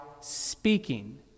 speaking